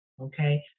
okay